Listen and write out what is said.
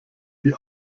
die